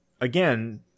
again